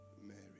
Mary